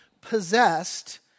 possessed